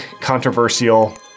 controversial